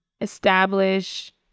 establish